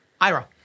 Ira